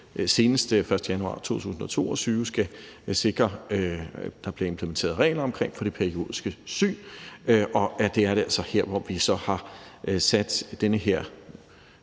senest den 1. januar 2022 skal sikre, at der bliver implementeret regler for det periodiske syn, og det er altså her, hvor vi har indført den her